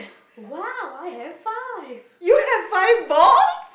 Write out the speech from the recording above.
!wow! I have five